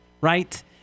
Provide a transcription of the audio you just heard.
right